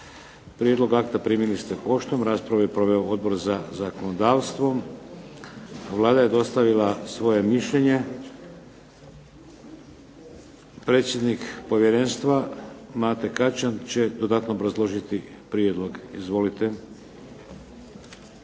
Prijedlog akta primili ste poštom. Raspravu je proveo Odbor za zakonodavstvo. Vlada je dostavila svoje mišljenje. Predsjednik povjerenstva Mate Kačan će dodatno obrazložiti prijedlog. Izvolite.